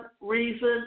reason